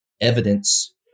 evidence